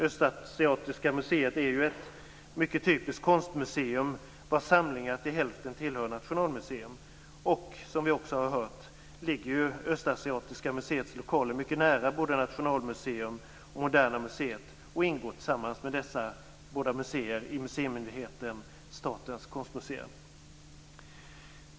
Östasiatiska museet är ju ett mycket typiskt konstmuseum, vars samlingar till hälften tillhör Nationalmuseum. Dessutom ligger, som vi har hört, Östasiatiska museets lokaler mycket nära både Nationalmuseum och Moderna museet och ingår tillsammans med dessa båda museer i museimyndigheten Statens konstmuseer.